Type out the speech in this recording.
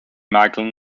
michael